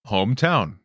Hometown